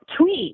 tweet